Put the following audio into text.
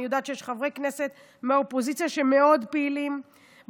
אני יודעת שיש חברי כנסת מהאופוזיציה שמאוד פעילים בנושא,